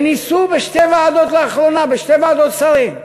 וניסו בשתי ועדות לאחרונה, בשתי ועדות שרים,